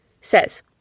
says